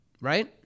Right